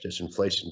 disinflation